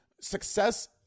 success